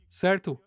certo